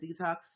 detox